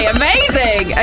amazing